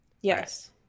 Yes